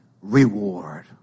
reward